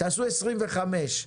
תעשו 25,